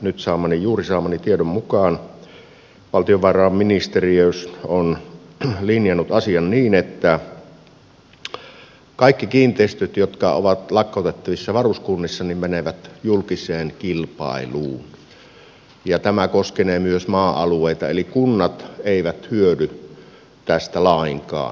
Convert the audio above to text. juuri saamani tiedon mukaan valtiovarainministeriö on linjannut asian niin että kaikki kiinteistöt jotka ovat lakkautettavissa varuskunnissa menevät julkiseen kilpailuun ja tämä koskenee myös maa alueita eli kunnat eivät hyödy tästä lainkaan